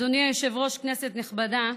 אדוני היושב-ראש, כנסת נכבדה,